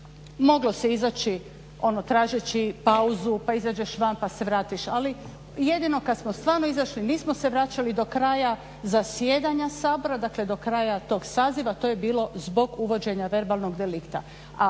moglo se izaći ono tražeći pauzu pa izađeš van pa se vratiš ali jedino kad smo stvarno izašli nismo se vraćali do kraja zasjedanja Sabora dakle do kraja tog saziva, to je bilo uvođenja verbalnog delikta.